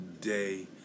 day